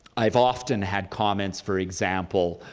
i've often had comments, for example,